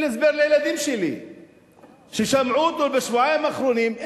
אין לי הסבר לילדים שלי ששמעו אותו בשבועיים האחרונים.